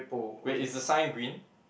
wait is the sign green